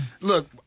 look